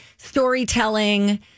storytelling